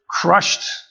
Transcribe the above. crushed